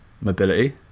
mobility